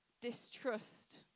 distrust